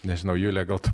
nežinau julija gal tu